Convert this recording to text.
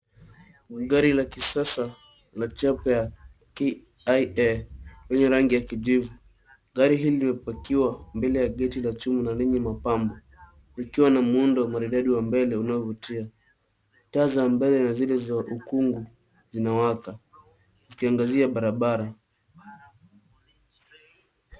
Gari la kisasa la chapa ya KIA kwenye rangi ya kijivu. Gari hili limepakiwa mbele ya gate la chuma na lenye mapambo ikiwa na muundo wa maridadi wa mbele unaovutia. Taa za mbele na zile za ukungu zinawaka zikiangazia barabara.